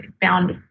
found